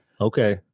okay